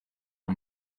uwo